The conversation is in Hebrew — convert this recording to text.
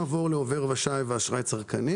אנחנו עוברים לעובר ושב ואשראי צרכני